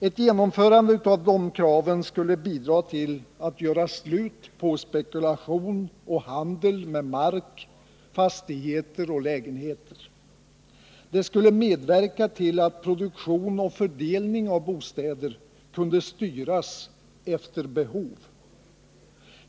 Ett genomförande av dessa krav skulle bidra till att göra slut på spekulation och handel med mark, fastigheter och lägenheter. Det skulle medverka till att produktion och fördelning av bostäder kunde styras efter behov.